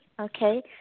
Okay